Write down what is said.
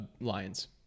Lions